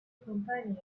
companion